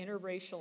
interracial